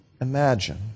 imagine